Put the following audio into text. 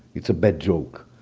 it's a bad joke.